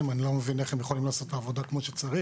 אני לא מבין איך הם יכולים לעשות את העבודה כפי שצריך,